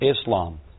Islam